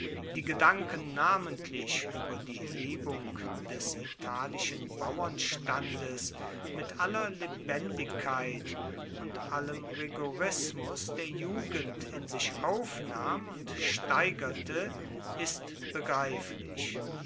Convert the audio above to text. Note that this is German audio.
die gedanken namentlich über die hebung des italischen bauernstandes mit aller lebendigkeit und allem rigorismus der jugend in sich aufnahm und steigerte ist begreiflich